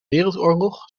wereldoorlog